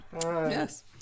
Yes